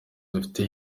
dufite